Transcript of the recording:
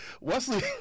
Wesley